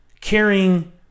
carrying